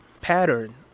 pattern